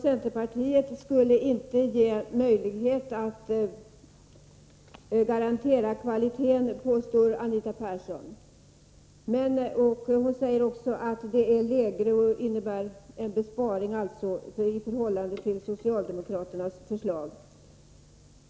Centerpartiets förslag skulle inte ge oss möjlighet att garantera kvaliteten, påstår Anita Persson. Hon säger också att vårt förslag innebär en besparing i förhållande till socialdemokraternas förslag.